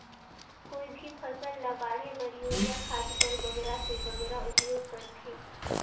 कोई भी फसल ल बाढ़े बर युरिया खाद कर बगरा से बगरा उपयोग कर थें?